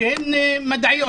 שהן מדעיות.